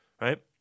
right